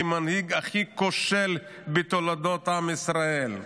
כמנהיג הכי כושל בתולדות עם ישראל,